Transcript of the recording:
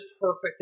perfect